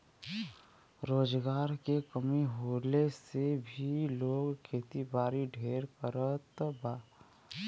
रोजगार के कमी होले से भी लोग खेतीबारी ढेर करत बा